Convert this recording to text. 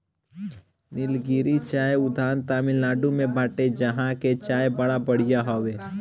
निलगिरी चाय उद्यान तमिनाडु में बाटे जहां के चाय बड़ा बढ़िया हअ